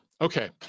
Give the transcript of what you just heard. Okay